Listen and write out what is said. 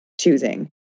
choosing